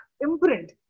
imprint